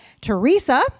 Teresa